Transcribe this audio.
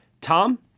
Tom